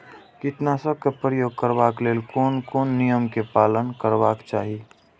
कीटनाशक क प्रयोग करबाक लेल कोन कोन नियम के पालन करबाक चाही?